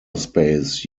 space